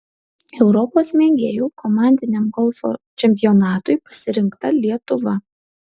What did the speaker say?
europos mėgėjų komandiniam golfo čempionatui pasirinkta lietuva